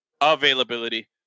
Availability